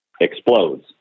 explodes